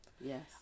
Yes